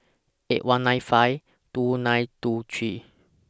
eight one nine five two nine two three